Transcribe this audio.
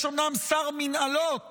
יש אומנם שר מינהלות